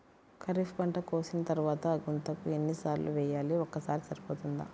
ఖరీఫ్ పంట కోసిన తరువాత గుంతక ఎన్ని సార్లు వేయాలి? ఒక్కసారి సరిపోతుందా?